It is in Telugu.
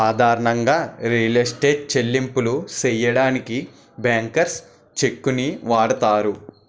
సాధారణంగా రియల్ ఎస్టేట్ చెల్లింపులు సెయ్యడానికి బ్యాంకర్స్ చెక్కుని వాడతారు